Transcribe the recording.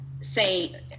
say